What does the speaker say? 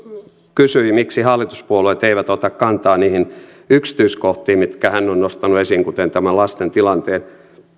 kysyi miksi hallituspuolueet eivät ota kantaa niihin yksityiskohtiin mitkä hän on nostanut esiin kuten tämän lasten tilanteen